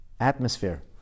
atmosphere